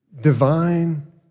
Divine